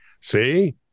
See